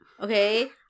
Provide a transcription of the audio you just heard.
Okay